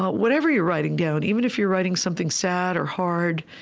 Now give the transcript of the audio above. but whatever you're writing down, even if you're writing something sad or hard,